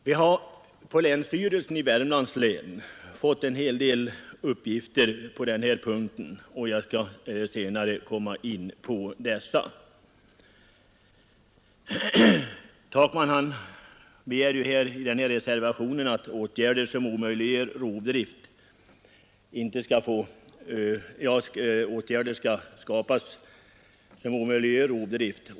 Vi har på länsstyrelsen i Värmlands län fått en hel del uppgifter på den här punkten, och jag skall senare komma in på dessa. Herr Takman begär i reservationen att åtgärder skall vidtas som omöjliggör rovdrift.